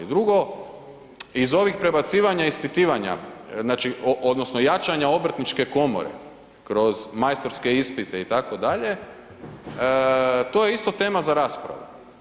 I drugo, iz ovih prebacivanja ispitivanja, znači odnosno jačanja Obrtničke komore kroz majstorske ispite itd., to je isto tema za raspravu.